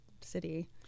city